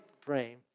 frame